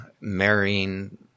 marrying